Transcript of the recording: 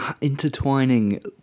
intertwining